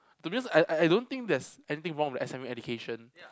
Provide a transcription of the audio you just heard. to be honest I I I don't think there's anything wrong with S_M_U education